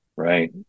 right